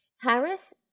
Harris